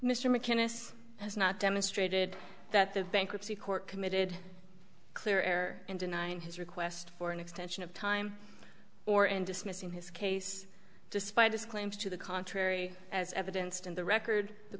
mr mcinnes has not demonstrated that the bankruptcy court committed clear air in denying his request for an extension of time or in dismissing his case despite his claims to the contrary as evidence in the record the